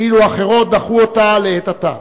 ואילו אחרות דחו אותה לעת עתה.